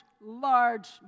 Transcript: large